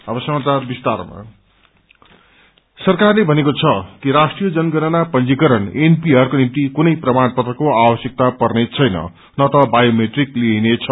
NPR सरकारले भनेको छ कि राष्ट्रिय जनगणना पंजीकरण एनपीआर को निम्ति कुनै प्रमाणपत्रको आवश्यकता पर्नेछैन न त वायोमेट्रिक लिइनेछ